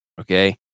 Okay